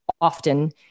often